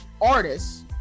artists